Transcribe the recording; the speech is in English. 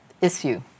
issue